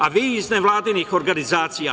A vi iz nevladinih organizacija?